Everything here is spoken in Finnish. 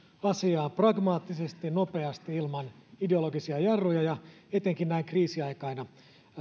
asiaan pragmaattisesti nopeasti ilman ideologisia jarruja etenkin näin kriisiaikana